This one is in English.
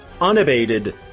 unabated